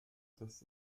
das